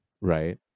right